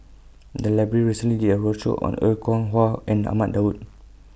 The Library recently did A roadshow on Er Kwong Wah and Ahmad Daud